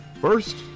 First